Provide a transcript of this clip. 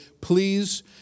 please